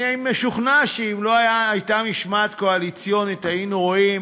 אני משוכנע שאם לא הייתה משמעת קואליציונית היינו רואים